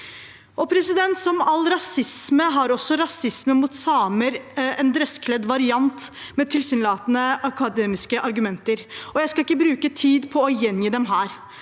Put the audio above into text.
i Grunnloven. Som all rasisme har også rasisme mot samer en dresskledd variant med tilsynelatende akademiske argumenter. Jeg skal ikke bruke tid på å gjengi dem her.